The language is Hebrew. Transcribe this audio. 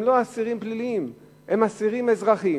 הם לא אסירים פליליים, הם אסירים אזרחיים.